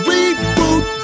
Reboot